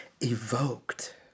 evoked